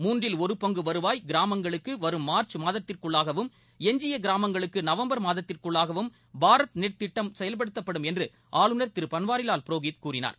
மூன்றில் ஒரு பங்கு வருவாய் கிராமங்களுக்கு வரும் மார்ச் மாதத்திற்குள்ளாகவும் எஞ்சிய கிராமங்களுக்கு நவம்பர் மாதத்திற்குள்ளாகவும் பாரத் நெட் திட்டம் செயல்படுத்தப்படும் என்று ஆளுநர் திரு பன்வாரிலால் புரோஹித் கூறினார்